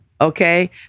okay